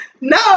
No